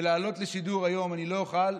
לעלות לשידור היום אני לא אוכל,